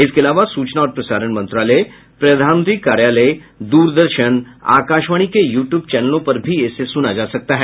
इसके अलावा सूचना और प्रसारण मंत्रालय प्रधानमंत्री कार्यालय द्रदर्शन आकाशवाणी के यूट्यूब चैनलों पर भी इसे सुना जा सकता है